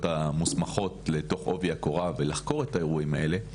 המוסמכות לתוך עובי הקורה ולחקור את האירועים האלה.